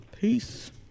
Peace